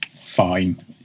fine